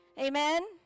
Amen